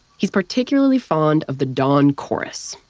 he's particularly fond of the dawn chorus,